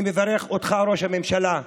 אני מברך אותך, ראש הממשלה.